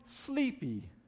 sleepy